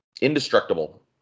indestructible